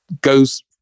goes